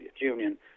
Union